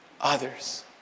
others